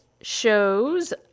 shows